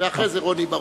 ואחרי זה רוני בר-און.